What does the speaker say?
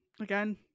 again